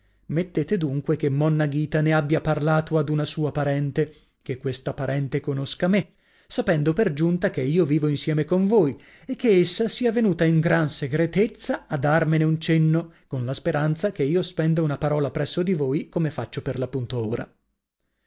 mettete dunque che monna ghita ne abbia parlato ad una sua parente che questa parente conosca me sapendo per giunta che io vivo insieme con voi e che essa sia venuta in gran segretezza a darmene un cenno con la speranza che io spenda una parola presso di voi come faccio per l'appunto ora